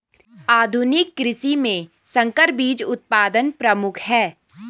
आधुनिक कृषि में संकर बीज उत्पादन प्रमुख है